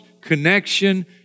connection